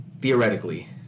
Theoretically